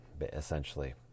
essentially